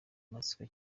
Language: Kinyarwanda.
amatsiko